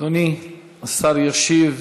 אדוני השר ישיב